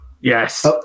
Yes